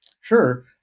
Sure